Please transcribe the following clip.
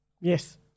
Yes